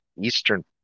eastern